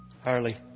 Harley